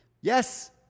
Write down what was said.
yes